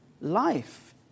life